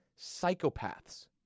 Psychopaths